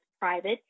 private